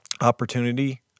opportunity